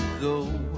go